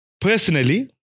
personally